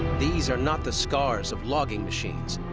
these are not the scars of logging machines,